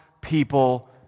people